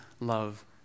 love